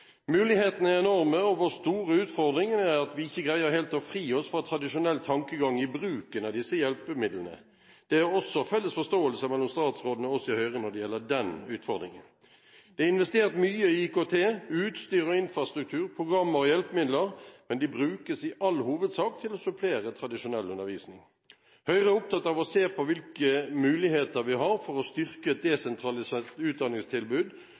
Mulighetene er enorme, og vår store utfordring er at vi ikke greier helt å fri oss fra tradisjonell tankegang i bruken av disse hjelpemidlene. Det er også en felles forståelse mellom statsråden og oss i Høyre når det gjelder den utfordringen. Det er investert mye i IKT-utstyr og infrastruktur, programmer og hjelpemidler – men det brukes i all hovedsak til å supplere tradisjonell undervisning. Høyre er opptatt av å se på hvilke muligheter vi har for å styrke et desentralisert utdanningstilbud